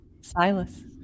Silas